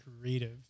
creative